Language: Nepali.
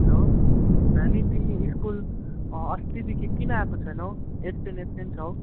हेलो नानी तिमी स्कुल अस्तिदेखि किन आएको छैनौ एब्सेन्ट एब्सेन्ट छौ